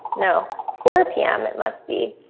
no four p m. it must be.